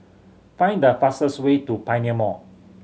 find the fastest way to Pioneer Mall